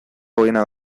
goiena